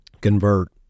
convert